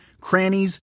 crannies